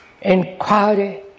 inquiry